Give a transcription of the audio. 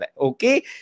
Okay